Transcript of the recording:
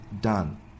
done